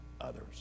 others